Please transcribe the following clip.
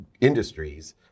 industries